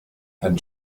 and